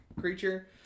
creature